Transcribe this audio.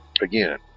again